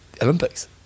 Olympics